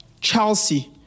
Chelsea